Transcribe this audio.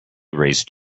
raised